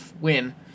win